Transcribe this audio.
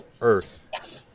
Earth